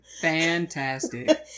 Fantastic